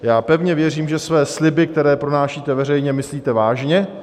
Já pevně věřím, že své sliby, které pronášíte veřejně, myslíte vážně.